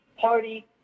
party